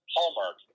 Hallmark